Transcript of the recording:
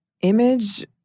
image